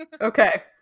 Okay